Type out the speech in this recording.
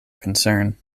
concern